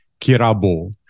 Kirabo